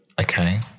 okay